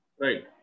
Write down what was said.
Right